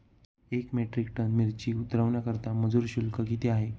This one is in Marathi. एक मेट्रिक टन मिरची उतरवण्याकरता मजुर शुल्क किती आहे?